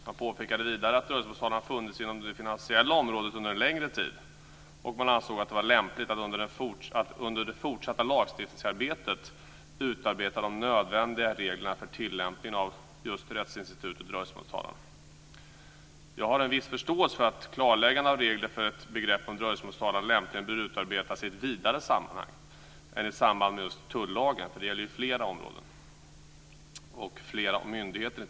Man påpekade vidare att dröjsmålstalan har funnits inom det finansiella området under en längre tid, och man ansåg att det var lämpligt att under det fortsatta lagstiftningsarbetet utarbeta de nödvändiga reglerna för tillämpningen av just rättsinstitutet dröjsmålstalan. Jag har en viss förståelse för att ett klarläggande av regler när det gäller ett begrepp som dröjsmålstalan lämpligen bör utarbetas i ett vidare sammanhang, inte bara i samband med just tullagen. Det gäller ju flera områden och inte minst flera myndigheter.